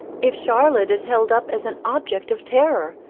if charlotte is held up as an object of terror,